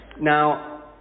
Now